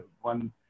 one